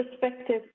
perspective